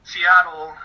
Seattle